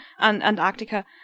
Antarctica